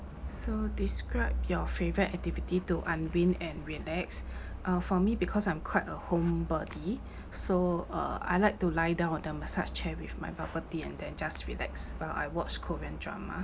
so describe your favourite activity to unwind and relax uh for me because I'm quite a homebody so uh I like to lie down on the massage chair with my bubble tea and then just relax while I watch korean drama